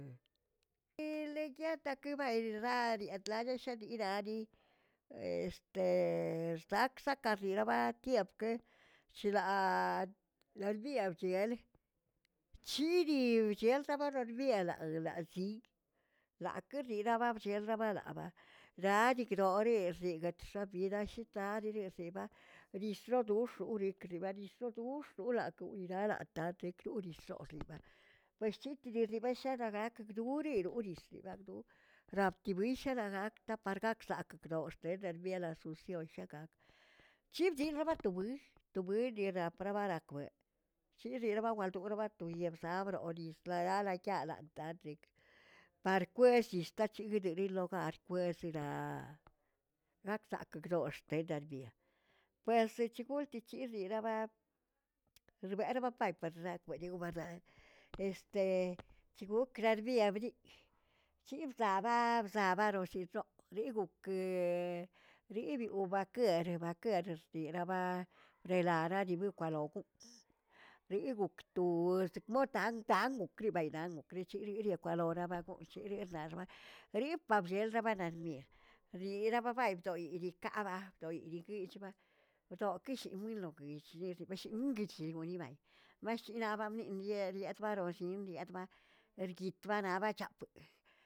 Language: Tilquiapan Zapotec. yiileyataꞌkabay raarietlaleshidiraꞌdi este ersakzaka rirabatiepkə chilaꞌaa lealbiarchealə, chidi chieldabərerg biel'la'la ziiꞌ, laꞌkerirab chierabalaraba' ragdigroregxig txaribatshita rarerexiba nislodoxokriiba yisodoxdolakwiralata tekrorisdoꞌo risba pues chitidishibarshada gakdureroꞌniz chibagdo gratkibishi nakta par gak sak dox tederbiela susuoyishakaꞌk,̱chibdi rabatowuoꞌ tubwoꞌ drapdararakweꞌ, chiri dbawaldoꞌo tbaratoye zabroꞌoli tlalaꞌ tlayelaꞌa taꞌatrekꞌ parkwellishk rac̱higdidi logar bersilallꞌ naksaꞌkdoxtedabiꞌa, pues chgoltichirira rbe rbapay parekwe' riw este chgrorkabiaꞌbiꞌ chizlabab labaroshiꞌ choꞌ lii gokə ribiubaꞌa keꞌrebaꞌ kerꞌrierabaꞌ relaꞌla dii bi kwoꞌukuꞌ riiꞌigok tuꞌu bogtang tang ukrriibꞌə dan okriric̱higꞌ yiriꞌkwaloralabachiꞌ chiꞌrirlabagochgaꞌ liꞌi pabxelx pararexniꞌe riꞌbababay bdoꞌy ilikaꞌaba likichba do'kishimi rimi mmkishin gonibay, mashcherinabniꞌ niꞌernie paroshin yetbaꞌa rguitbanabapə sx-.